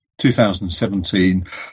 2017